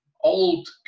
old